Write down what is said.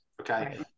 okay